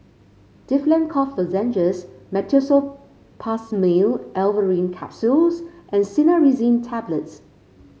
Difflam Cough Lozenges Meteospasmyl Alverine Capsules and Cinnarizine Tablets